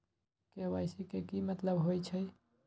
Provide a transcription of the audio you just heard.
KYC के कि मतलब होइछइ?